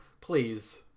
Please